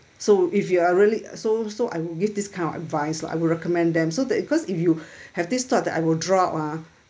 so if you are really so so I would give this kind of advice lah I would recommend them so that cause if you have this thought that I will draw out ah